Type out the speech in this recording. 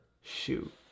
shoot